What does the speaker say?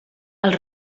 els